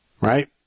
Right